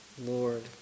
Lord